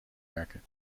werken